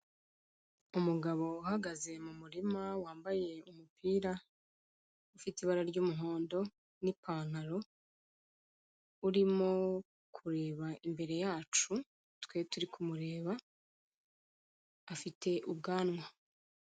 Umugabo uhagaze mu murima wambaye umupira ufite ibara ry'umuhondo, n'ipantaro, urimo kureba imbere yacu, twe turi kumureba afite ubwanwa.